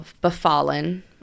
befallen